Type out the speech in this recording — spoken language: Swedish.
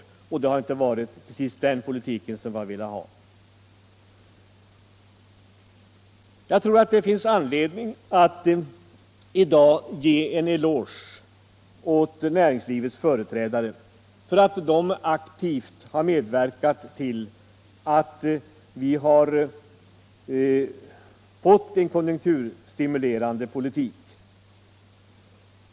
Det har inte varit den politik vi har velat föra. Det finns anledning att i dag ge en eloge åt näringslivets företrädare för att de aktivt har medverkat till att vi har fått en konjunkturstimulerande politik.